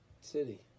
city